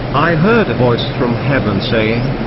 i heard a voice from heaven saying,